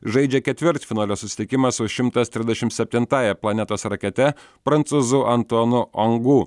žaidžia ketvirtfinalio susitikimą su šimtas trisdešimt septintąja planetos rakete prancūzu antuanu angu